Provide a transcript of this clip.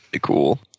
cool